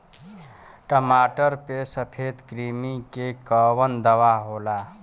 टमाटर पे सफेद क्रीमी के कवन दवा होला?